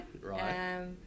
Right